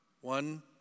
one